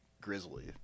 grizzly